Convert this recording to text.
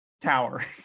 tower